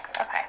okay